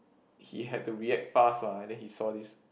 he had to react fast lah then he saw this